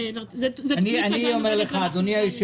אני נוסע ברכב שמזהם קצת, אמרו לי.